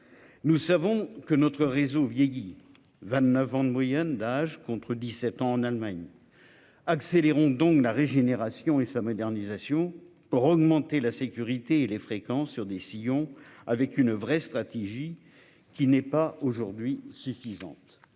Nous savons que notre réseau vieillit. 29 ans de moyenne d'âge, contre 17 ans en Allemagne. Accélérons donc la régénération et sa modernisation pour augmenter la sécurité et les fréquences sur décision avec une vraie stratégie qui n'est pas aujourd'hui suffisante.